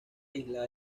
isla